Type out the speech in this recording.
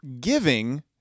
giving